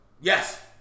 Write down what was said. Yes